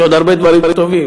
יש עוד הרבה דברים טובים.